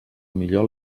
millor